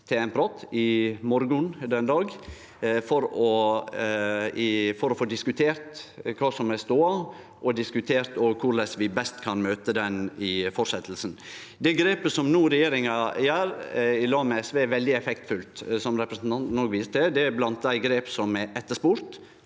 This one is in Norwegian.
til ein prat i morgon den dag for å få diskutert kva som er stoda, og korleis vi best kan møte ho i fortsetjinga. Det grepet som regjeringa no gjer i lag med SV, er veldig effektfullt. Som representanten òg viste til, er det blant dei grepa som er etterspurde